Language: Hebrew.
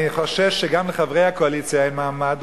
אני חושש שגם לחברי הקואליציה אין מעמד.